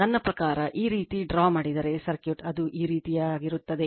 ನನ್ನ ಪ್ರಕಾರ ಈ ರೀತಿ ಡ್ರಾ ಮಾಡಿದರೆ ಸರ್ಕ್ಯೂಟ್ ಅದು ಈ ರೀತಿಯಾಗಿರುತ್ತದೆ